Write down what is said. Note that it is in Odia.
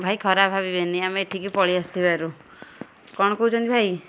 ଭାଇ ଖରାପ ଭାବିବେନି ଆମେ ଏଠିକି ପଳେଇ ଆସିଥିବାରୁ କଣ କହୁଛନ୍ତି ଭାଇ